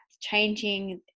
changing